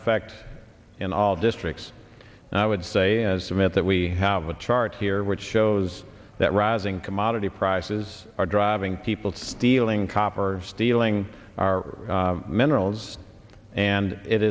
effect in all districts and i would say is a myth that we have a chart here which shows that rising commodity prices are driving people stealing copper or stealing our minerals and it